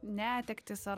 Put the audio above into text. netektys ar